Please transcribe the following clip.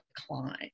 decline